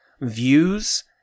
views